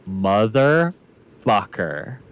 motherfucker